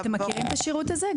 אתם מכירים את השירות הזה?